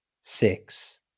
six